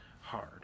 hard